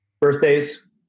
birthdays